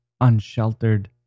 unsheltered